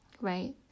right